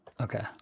Okay